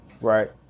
right